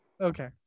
Okay